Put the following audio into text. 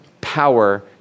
power